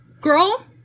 girl